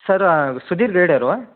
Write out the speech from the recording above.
sir Sudhir ಗೈಡವ್ರಾ